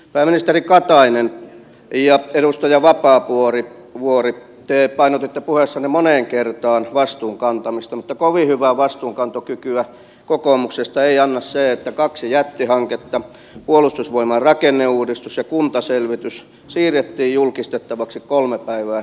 pääministeri katainen ja edustaja vapaavuori te painotitte puheissanne moneen kertaa vastuun kantamista mutta kovin hyvää vastuunkantokykyä kokoomuksesta ei anna se että kaksi jättihanketta puolustusvoimain rakenneuudistus ja kuntaselvitys siirrettiin julkistettavaksi kolme päivää presidentinvaalien jälkeen